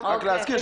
רק להזכיר,